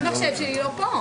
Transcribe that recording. כל עורך דין יגיד לכם.